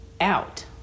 out